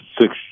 six